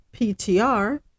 PTR